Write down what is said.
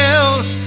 else